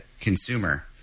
consumer